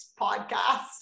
podcast